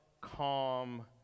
calm